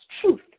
truth